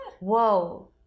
whoa